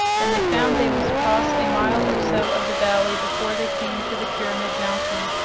and they found they must cross a mile or so of the valley before they came to the pyramid mountain.